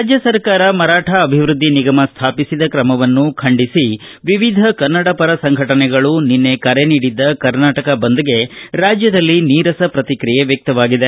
ರಾಜ್ಯ ಸರ್ಕಾರ ಮರಾಠ ಅಭಿವೃದ್ದಿ ನಿಗಮ ಸ್ಥಾಪಿಸಿದ ಕ್ರಮವನ್ನು ಖಂಡಿಸಿ ವಿವಿಧ ಕನ್ನಡಪರ ಸಂಘಟನೆಗಳು ಕರೆ ನೀಡಿದ್ದ ಕರ್ನಾಟಕ ಬಂದ್ಗೆ ರಾಜ್ಲದಲ್ಲಿ ನೀರಸ ಪ್ರತಿಕ್ರಿಯೆ ವ್ಯಕ್ತವಾಗಿದೆ